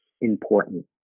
important